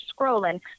scrolling